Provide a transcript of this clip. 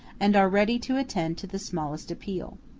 and are ready to attend to the smallest appeal.